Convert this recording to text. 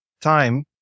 time